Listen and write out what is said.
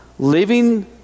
Living